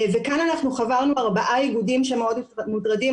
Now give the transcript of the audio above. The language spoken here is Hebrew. כאן אנחנו חברנו ארבעה איגודים שמאוד מוטרדים,